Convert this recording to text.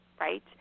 right